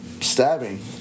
stabbing